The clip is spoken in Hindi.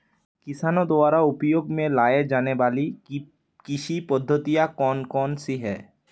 किसानों द्वारा उपयोग में लाई जाने वाली कृषि पद्धतियाँ कौन कौन सी हैं?